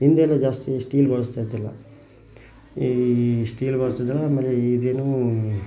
ಹಿಂದೆಯೂ ಜಾಸ್ತಿ ಸ್ಟೀಲ್ ಬಳಸ್ತಾ ಇದ್ದಿಲ್ಲ ಈ ಸ್ಟೀಲ್ ಬಳಸೋದಿಲ್ಲ ಆಮೇಲೆ ಇದೇನು